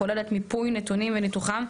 הכוללת מיפוי נתונים וניתוחם.